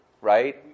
right